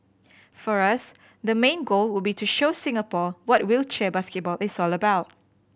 for us the main goal would be to show Singapore what wheelchair basketball is all about